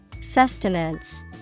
Sustenance